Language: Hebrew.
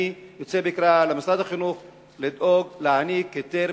אני יוצא בקריאה למשרד החינוך לדאוג להעניק את ההיתר,